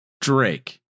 drake